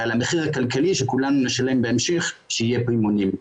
על המחיר הכלכלי שכולנו נשלם בהמשך שיהיה פי מונים.